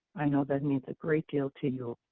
i know that means a great deal to you.